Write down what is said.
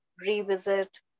revisit